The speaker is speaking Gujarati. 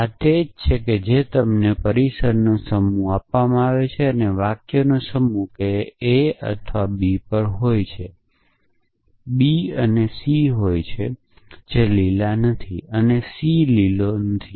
આ તે જ છે જે તમને પરિસરનો સમૂહ આપવામાં આવે છે વાક્યોનો સમૂહ કે a બી પર હોય છે બી સી પર હોય છે એ લીલો હોય છે અને સી લીલો નથી